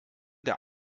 der